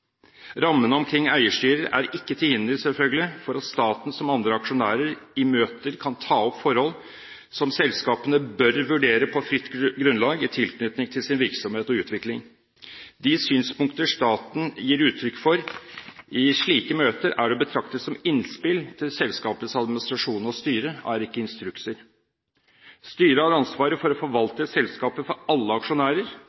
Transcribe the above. Rammene omkring eierstyring er ikke til hinder – selvfølgelig – for at staten, som andre aksjonærer, i møter kan ta opp forhold som selskapene bør vurdere på fritt grunnlag i tilknytning til sin virksomhet og utvikling. De synspunkter staten gir uttrykk for i slike møter, er å betrakte som innspill til selskapets administrasjon og styre – og er ikke instrukser. Styret har ansvaret for å